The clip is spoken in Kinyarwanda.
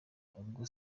ubwo